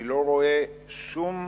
אני לא רואה שום